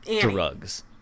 drugs